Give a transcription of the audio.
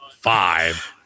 five